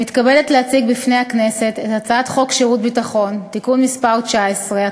אני מתכבדת להציג בפני הכנסת את הצעת חוק שירות ביטחון (תיקון מס' 19),